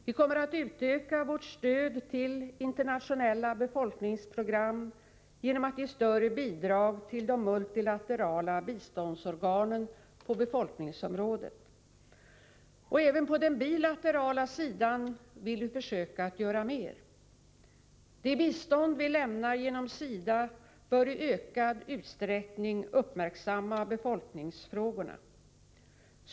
Vi kommer att utöka vårt stöd till internationella befolkningsprogram genom att ge större bidrag till de multilaterala biståndsorganen på befolkningsområdet. Även på den bilaterala sidan vill vi försöka göra mer. Det bistånd vi lämnar genom SIDA bör i ökad utsträckning uppmärksamma befolkningsfrågorna.